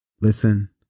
Listen